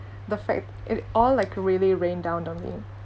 the fact it all like really rained down on me